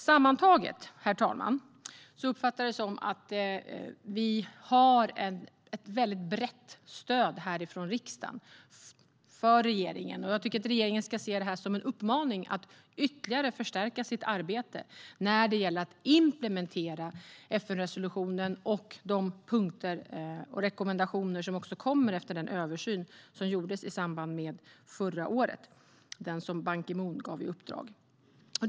Sammantaget, herr talman, uppfattar jag det som att vi har ett brett stöd härifrån riksdagen för regeringen. Jag tycker att regeringen ska se detta som en uppmaning att ytterligare förstärka sitt arbete när det gäller att implementera FN-resolutionen och de punkter och rekommendationer som också kommer efter den översyn som gjordes i samband med förra året - den som gjordes på uppdrag av Ban Ki Moon.